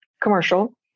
commercial